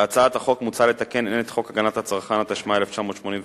בהצעת החוק מוצע לתקן הן את חוק הגנת הצרכן התשמ"א 1981,